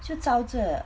就朝着